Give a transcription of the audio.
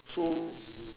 so